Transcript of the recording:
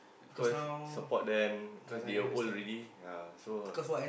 because support them cause they are old already ya so